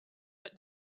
but